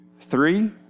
Three